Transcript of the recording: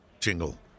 Jingle